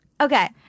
Okay